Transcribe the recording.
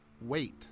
Wait